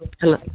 Hello